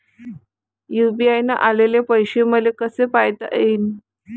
UPI न आलेले पैसे मले कसे पायता येईन?